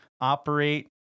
operate